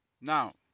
Now